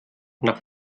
nach